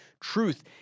truth